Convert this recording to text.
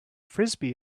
frisbee